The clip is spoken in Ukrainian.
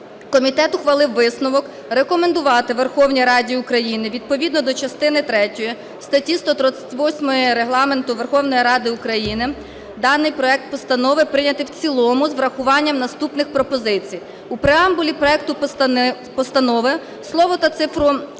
комітет ухвалив висновок рекомендувати Верховній Раді України відповідно до частини третьої статті 138 Регламенту Верховної Ради України даний проект постанови прийняти в цілому з врахуванням наступних пропозицій. У преамбулі проекту постанови слово та цифру